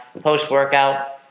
post-workout